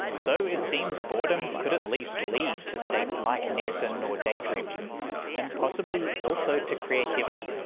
so, it seems boredom could at least lead to states like niksen, or daydreaming and possibly also to creativity.